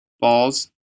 balls